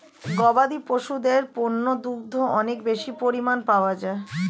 গবাদি পশুদের পণ্য দুগ্ধ অনেক বেশি পরিমাণ পাওয়া যায়